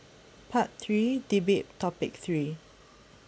part three debate topic three